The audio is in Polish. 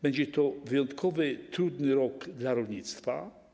Będzie to wyjątkowo trudny rok dla rolnictwa.